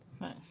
Nice